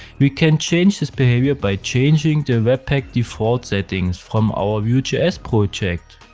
we can change this behavior by changing the webpack default settings from our vue js project.